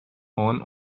one